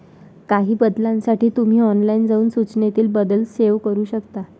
काही बदलांसाठी तुम्ही ऑनलाइन जाऊन सूचनेतील बदल सेव्ह करू शकता